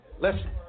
Listen